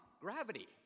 gravity